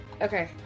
okay